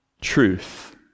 truth